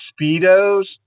Speedos